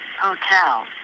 Hotel